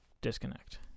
Disconnect